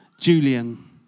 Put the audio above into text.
Julian